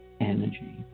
energy